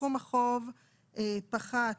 סכום החוב פחת